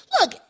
look